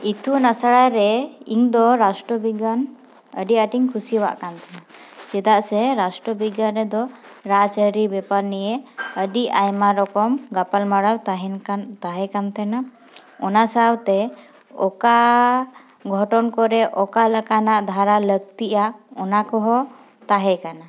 ᱤᱛᱩᱱ ᱟᱥᱲᱟᱨᱮ ᱤᱧ ᱫᱚ ᱨᱟᱥᱴᱚ ᱵᱤᱜᱽᱜᱟᱱ ᱟᱹᱰᱤ ᱟᱸᱴ ᱤᱧ ᱠᱩᱥᱤᱣᱟᱜ ᱠᱟᱱ ᱛᱟᱦᱮᱱᱟ ᱪᱮᱫᱟᱜᱥᱮ ᱨᱟᱥᱴᱚ ᱵᱤᱜᱽᱜᱟᱱ ᱨᱮᱫᱚ ᱨᱟᱡᱽᱼᱟᱹᱨᱤ ᱵᱮᱯᱟᱨ ᱱᱤᱭᱮ ᱟᱹᱰᱤ ᱟᱭᱢᱟ ᱨᱚᱠᱚᱢ ᱜᱟᱯᱟᱞᱢᱟᱨᱟᱣ ᱛᱟᱦᱮᱱ ᱠᱟᱱ ᱛᱟᱦᱮᱸ ᱠᱟᱱ ᱛᱟᱦᱮᱱᱟ ᱚᱱᱟ ᱥᱟᱶᱛᱮ ᱚᱠᱟ ᱜᱷᱚᱴᱚᱱ ᱠᱚᱨᱮ ᱚᱠᱟᱞᱮᱠᱟᱱᱟᱜ ᱫᱷᱟᱨᱟ ᱞᱟᱹᱠᱛᱤᱜᱼᱟ ᱚᱱᱟ ᱠᱚᱦᱚᱸ ᱛᱟᱦᱮᱸ ᱠᱟᱱᱟ